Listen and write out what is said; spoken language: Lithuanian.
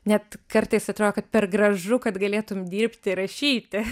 net kartais atrodo kad per gražu kad galėtum dirbt ir rašyti